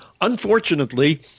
unfortunately